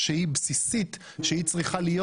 שהיא בסיסית והיא צריכה להיות.